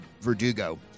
Verdugo